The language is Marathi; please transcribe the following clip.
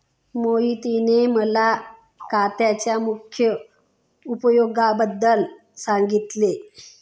मोहितने मला काथ्याच्या मुख्य उपयोगांबद्दल सांगितले